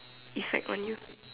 it's like on you